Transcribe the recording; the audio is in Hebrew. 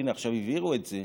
הינה, עכשיו הבהירו את זה,